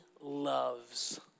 loves